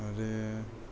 आरो